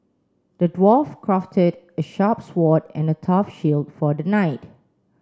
the dwarf crafted a sharp sword and a tough shield for the knight